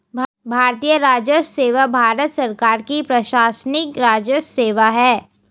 भारतीय राजस्व सेवा भारत सरकार की प्रशासनिक राजस्व सेवा है